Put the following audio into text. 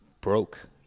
broke